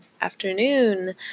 afternoon